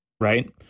right